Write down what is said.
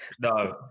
No